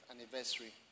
anniversary